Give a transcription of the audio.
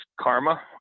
karma